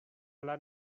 lan